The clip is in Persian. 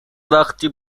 وقتی